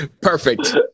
Perfect